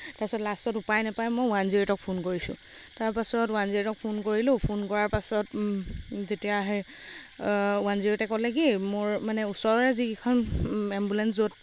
তাছত লাষ্টত মই উপাই নাপায় মই ওৱান জিৰ' এইটক ফোন কৰিছো তাৰপিছত ওৱান জিৰ' এইটক ফোন কৰিলো ফোন কৰাৰ পিছত যেতিয়া ওৱান জিৰ' এইটে ক'লে কি মোৰ মানে ওচৰৰে যিকেইখন এম্বুলেঞ্চ য'ত